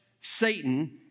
Satan